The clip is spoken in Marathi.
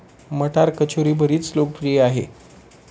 मटार कचोरी बरीच लोकप्रिय आहे